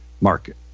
market